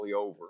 over